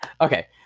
okay